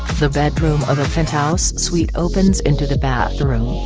the bedroom of a penthouse suite opens into the bathroom.